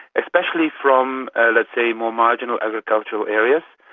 especially from let's say more marginal agricultural areas.